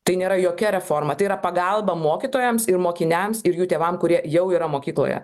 tai nėra jokia reforma tai yra pagalba mokytojams ir mokiniams ir jų tėvams kurie jau yra mokykloje